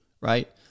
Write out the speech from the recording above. right